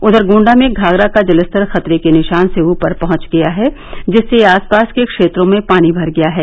उधर गोण्डा में घाघरा का जल स्तर खतरे के निशान से ऊपर पहंच गया है जिससे आसपास के क्षेत्रों में पानी भर गया है